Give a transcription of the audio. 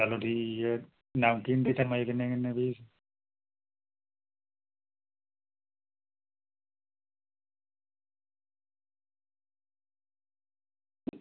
चलो ठीक ऐ बाकियें दे किन्ने किन्ने पे